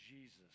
Jesus